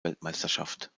weltmeisterschaft